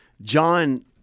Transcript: John